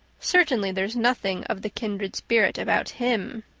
certainly there's nothing of the kindred spirit about him.